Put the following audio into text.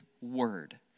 word